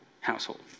household